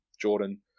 Jordan